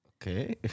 Okay